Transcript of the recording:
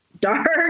dark